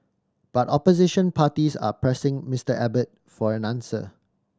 but opposition parties are pressing Mister Abbott for an answer